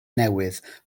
newydd